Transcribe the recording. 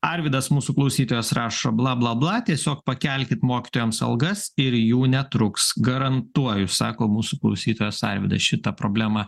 arvydas mūsų klausytojas rašo bla bla bla tiesiog pakelkit mokytojams algas ir jų netruks garantuoju sako mūsų klausytojas arvydas šitą problemą